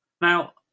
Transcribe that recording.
Now